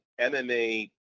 MMA